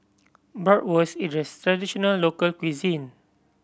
Bratwurst is a traditional local cuisine